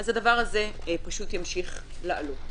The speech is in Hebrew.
הדבר הזה ימשיך לעלות.